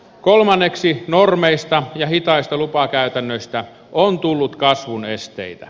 kolmanneksi normeista ja hitaista lupakäytännöistä on tullut kasvun esteitä